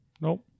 Nope